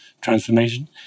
transformation